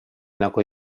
nagu